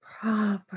properly